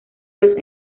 los